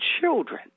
children